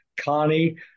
Connie